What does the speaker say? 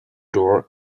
door